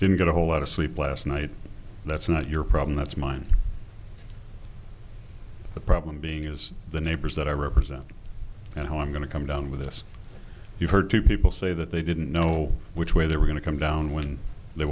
didn't get a whole lot of sleep last night that's not your problem that's mine the problem being is the neighbors that i represent and how i'm going to come down with this you heard two people say that they didn't know which way they were going to come down when they